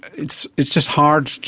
it's it's just hard,